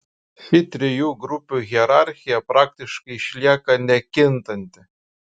ši trijų grupių hierarchija praktiškai išlieka nekintanti